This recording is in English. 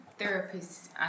therapists